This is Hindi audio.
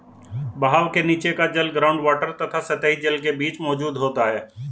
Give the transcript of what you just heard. बहाव के नीचे का जल ग्राउंड वॉटर तथा सतही जल के बीच मौजूद होता है